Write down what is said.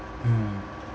mm